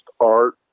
art